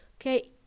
Okay